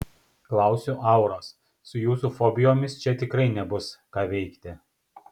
klausiu auros su jūsų fobijomis čia tikrai nebus ką veikti